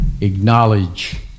acknowledge